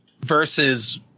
versus